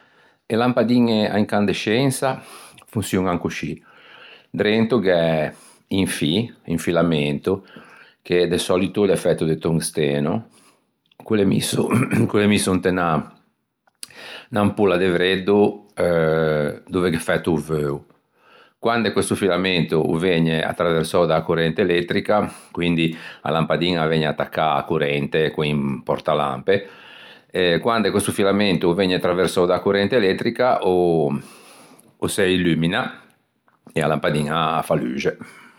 E lampadiñe à incandescensa fonçioñan coscì: drento gh'é un fî, un filamento che de solito o l'é fæto de tungsteno ch'o l'é ch'o l'é misso inte unn'ampolla de vreddo eh dove gh'é fæto o veuo. Quande questo filamento o vëgne attraversou da-a corrente elettrica, quindi a lampadiña a vëgne attaccâ a-a corrente con un portalampe eh quande questo filamento o vëgne attraversou dâ corrente elettrica o o se illumina e a lampadiña a fa luxe.